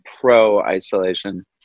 pro-isolation